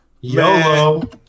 Yolo